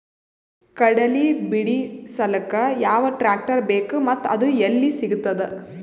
ಕಡಲಿ ಬಿಡಿಸಲಕ ಯಾವ ಟ್ರಾಕ್ಟರ್ ಬೇಕ ಮತ್ತ ಅದು ಯಲ್ಲಿ ಸಿಗತದ?